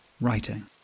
Writing